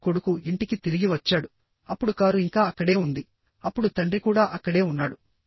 ఇప్పుడు కొడుకు ఇంటికి తిరిగి వచ్చాడు అప్పుడు కారు ఇంకా అక్కడే ఉంది అప్పుడు తండ్రి కూడా అక్కడే ఉన్నాడు